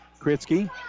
Kritzky